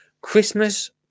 christmas